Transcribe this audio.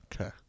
Okay